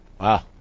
Wow